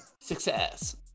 Success